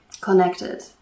Connected